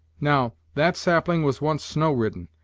now, that sapling was once snow-ridden,